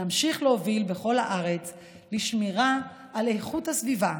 נמשיך להוביל בכל הארץ לשמירה על איכות הסביבה,